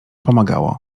pomagało